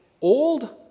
old